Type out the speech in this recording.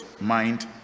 mind